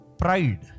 pride